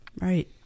Right